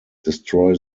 destroy